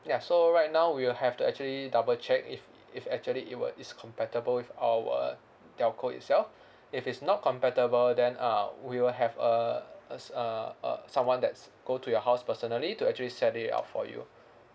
ya so right now we will have to actually double check if if actually it will is compatible with our telco itself if it's not compatible then uh we will have a uh s~ uh someone that's go to your house personally to actually set it up for you